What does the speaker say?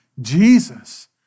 Jesus